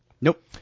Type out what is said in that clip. Nope